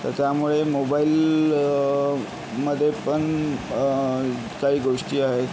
तर त्यामुळे मोबाईल मध्येपण काही गोष्टी आहेत